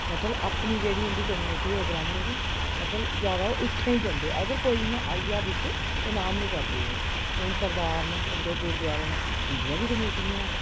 मतलब अपनी जेहडी उं'दी कम्युनिटी होग ब्राह्मनें दी मतलब जैदा ओह् उत्थै ई जंदे अगर कोई इ'यां आई जा बिच ते नां बी निं करदे ओह् हुन सरदार न उं'दे गुरुदोआरे न उं'दियां बी कमेटियां हैन